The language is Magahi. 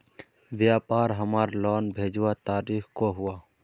व्यापार हमार लोन भेजुआ तारीख को हुआ?